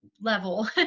level